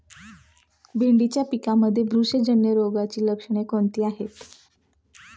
भेंडीच्या पिकांमध्ये बुरशीजन्य रोगाची लक्षणे कोणती आहेत?